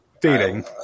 dating